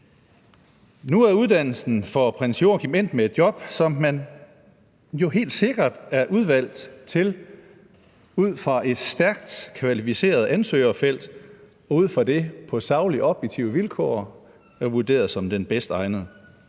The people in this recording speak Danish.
Nu er uddannelsen for prins Joachim endt med et job, som han jo helt sikkert er udvalgt til ud fra et stærkt kvalificeret ansøgerfelt, og ud fra det er han på saglige, objektive vilkår vurderet som den bedst egnede.